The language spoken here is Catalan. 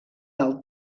del